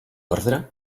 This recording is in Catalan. orde